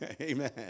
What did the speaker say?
amen